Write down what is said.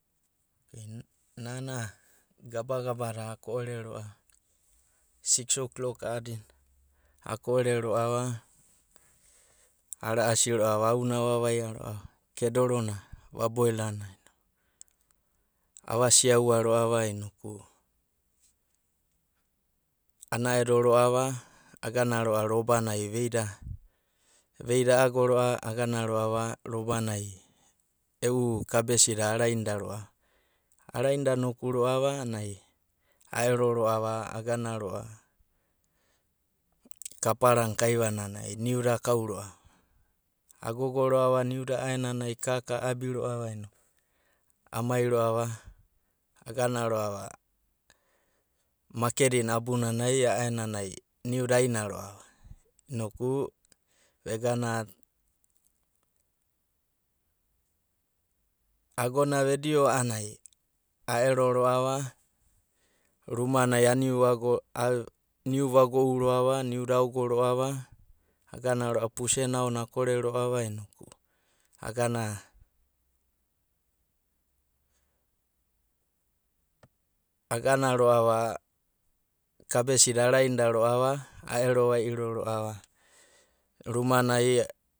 Nana gabagaba da ako'ore ro'ava a'ana six oklok a'adina ako'ore ro'ava ara'asi ro'ava auna avavaia ro'ava, kedorona va boelana. Avasiaua ro'ava inoku ana'edo, agana ro'a robanai veida a'ago ro'ava agana ro'ava robanai e'u kabesida arainida ro'a. Arainda noku ro'ava anai a'ero ro'ava agana ro'ava kaparana kaivananai niuda akau ro'ava. Agogo ro'ava niuda a'aenanai kaka a'abi ro'ava inoku amai ro'ava agana ro'ava makedina abunanai a'aenanai niuda aina ro'ava inoku egana agona vedio a'anai a'ero ro'ava rumanai a niuvago, a niu vago'u ro'ava, niuda aogo ro'ava agana ro'ava agana ro'ava pusena aonanai akore ro'ava inoku agana agana ro'ava kabesida arainda roa'ava, aero va'iro ro'ava rumanai.